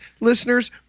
listeners